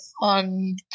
on